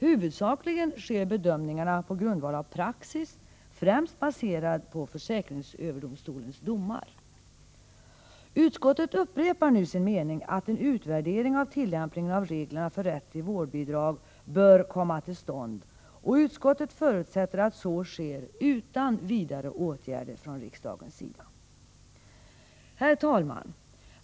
Huvudsakligen sker bedömningarna på grundval av praxis, främst baserad på försäkringsöverdomstolens domar. Utskottet upprepar nu sin mening att en utvärdering av tillämpningen av reglerna för rätt till vårdbidrag bör komma till stånd, och utskottet förutsätter att så sker utan vidare åtgärder från riksdagens sida. Herr talman!